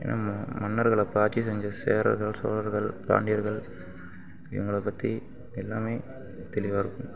மன்னர்கள் அப்போ ஆட்சி செஞ்ச சேரர்கள் சோழர்கள் பாண்டியர்கள் இவங்களைப் பற்றி எல்லாமே தெளிவாக இருக்கும்